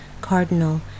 cardinal